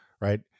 right